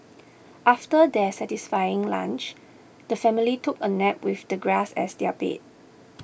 after their satisfying lunch the family took a nap with the grass as their bed